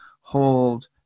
hold